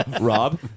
Rob